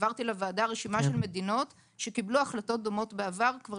העברתי לוועדה רשימה של מדינות שקבלו החלטות דומות בעבר כבר